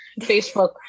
Facebook